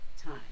time